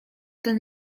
ten